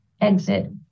exit